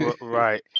Right